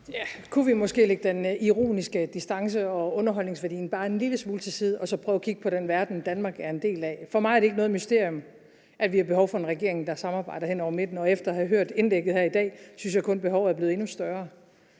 Kunne vi måske lægge den ironiske distance og underholdningsværdien bare en lille smule til side og så prøve at kigge på den verden, Danmark er en del af? For mig er det ikke noget mysterium, at vi har behov for en regering, der samarbejder hen over midten, og efter at have hørt indlægget her i dag synes jeg kun, at behovet er blevet endnu større.